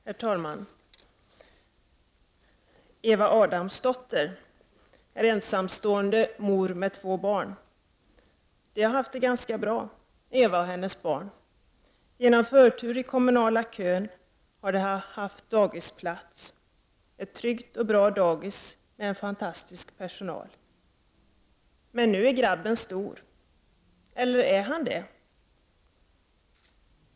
Herr talman! Eva Adamsdotter är ensamstående mor med två barn. De har haft det ganska bra, Eva och hennes barn. Genom förtur i den kommunala kön har barnen haft dagisplats på ett tryggt och bra dagis med en fantastisk personal. Men nu är grabben stor, eller är han verkligen det?